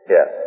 Yes